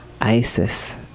Isis